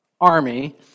army